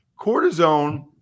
Cortisone